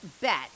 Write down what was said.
bet